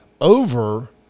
over